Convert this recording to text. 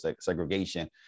segregation